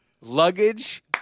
luggage